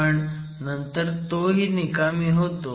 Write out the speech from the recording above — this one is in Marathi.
पण नंतर तोही निकामी होतो